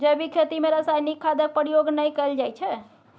जैबिक खेती मे रासायनिक खादक प्रयोग नहि कएल जाइ छै